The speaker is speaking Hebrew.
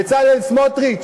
בצלאל סמוטריץ,